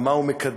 מה הוא מקדם,